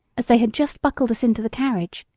as they had just buckled us into the carriage,